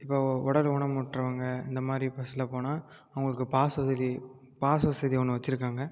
இப்போ உடல் ஊனமுற்றவங்க இந்த மாதிரி பஸ்ஸில் போனால் அவங்களுக்கு பாஸ் உதவி பாஸு வசதி ஒன்று வச்சுருக்காங்க